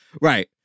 Right